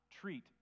treat